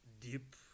deep